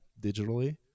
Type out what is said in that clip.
digitally